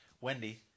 Wendy